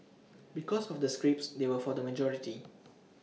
because of the scripts they were for the majority